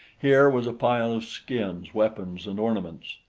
here was a pile of skins, weapons, and ornaments.